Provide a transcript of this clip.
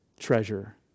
treasure